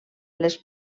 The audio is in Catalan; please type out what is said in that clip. les